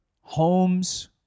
homes